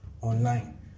online